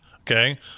Okay